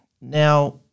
Now